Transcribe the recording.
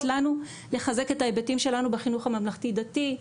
לנו לחזק את ההיבטים שלנו בחינוך הממלכתי דתי.